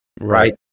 right